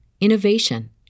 innovation